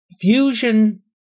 fusion